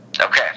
Okay